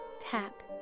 tap